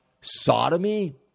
sodomy